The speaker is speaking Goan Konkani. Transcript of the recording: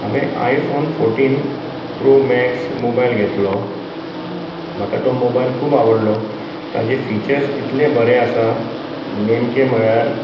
हांवें iPhone fourteen pro max mobile घेतलो म्हाका तो मोबायल खूब आवडलो ताजे फिचर्स इतले बरें आसा नेमके म्हळ्यार